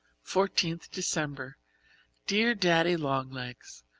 fourteenth december dear daddy-long-legs,